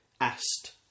asked